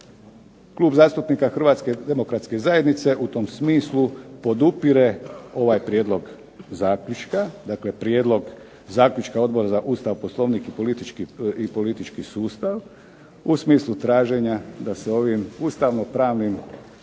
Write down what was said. Klub zastupnika HDZ-a u tom smislu podupire ovaj prijedlog zaključka. Dakle, prijedlog zaključka Odbor za Ustav, Poslovnik i politički sustav u smislu traženja da se ovim ustavno-pravnim